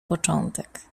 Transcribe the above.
początek